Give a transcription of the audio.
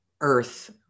earth